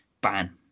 ban